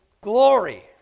glory